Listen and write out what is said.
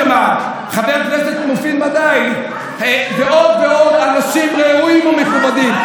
חבר הכנסת מופיד מדעי ועוד ועוד אנשים ראויים ומכובדים,